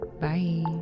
Bye